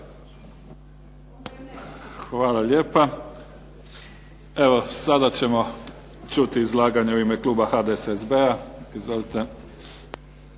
Hvala lijepa. Evo sada ćemo čuti izlaganje u ime kluba HDSSB-a, izvolite.